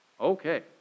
Okay